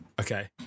Okay